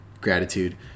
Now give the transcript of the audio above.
gratitude